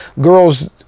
girls